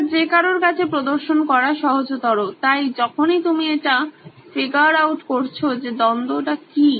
এটা যে কারোর কাছে প্রদর্শন করা সহজতর তাই যখনই তুমি এটা ফিগার আউট করছো যে দ্বন্দ্ব কি